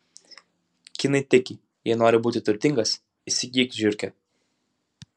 kinai tiki jei nori būti turtingas įsigyk žiurkę